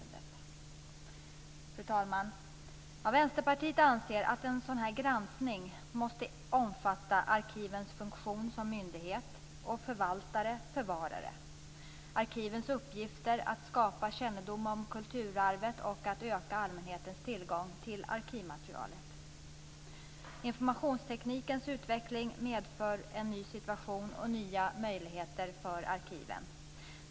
Fru talman! Vi i Vänsterpartiet anser att en sådan här granskning måste omfatta arkivens funktion som myndighet och förvaltare eller förvarare. Arkivens uppgifter är att skapa kännedom om kulturarvet och att öka allmänhetens tillgång till arkivmaterialet. Informationsteknikens utveckling medför en ny situation och nya möjligheter för arkiven.